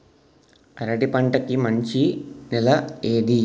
అరటి పంట కి మంచి నెల ఏది?